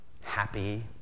happy